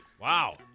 Wow